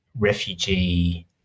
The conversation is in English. Refugee